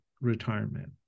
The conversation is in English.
retirement